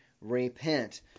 Repent